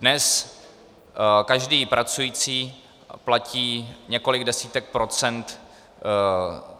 Dnes každý pracující platí několik desítek procent